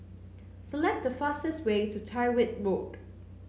select the fastest way to Tyrwhitt